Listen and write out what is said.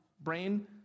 brain